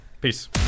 Peace